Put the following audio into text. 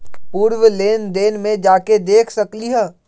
पूर्व लेन देन में जाके देखसकली ह?